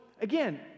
again